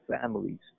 families